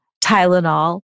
Tylenol